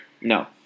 No